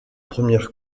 première